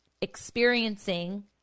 experiencing